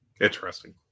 Interesting